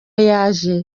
yaje